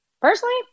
Personally